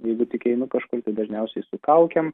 jeigu tik einu kažkur tai dažniausiai su kaukėm